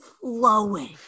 flowing